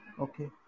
Okay